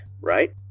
right